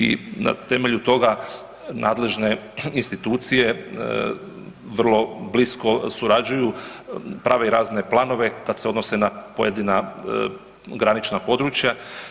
I na temelju toga nadležne institucije vrlo blisko surađuju, prave razne planove kad se odnose na pojedina granična područja.